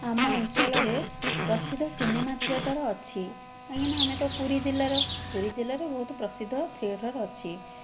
ଆମ ଅଞ୍ଚଳରେ ପ୍ରସିଦ୍ଧ ସିନେମା ଥିଏଟର୍ ଅଛି କାହିଁକି ନା ଆମେ ତ ପୁରି ଜିଲ୍ଲାର ପୁରି ଜିଲ୍ଲାରେ ବହୁତ ପ୍ରସିଦ୍ଧ ଥିଏଟର୍ ଅଛି